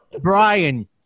Brian